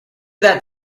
that